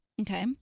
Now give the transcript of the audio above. Okay